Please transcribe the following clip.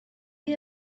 you